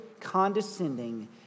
condescending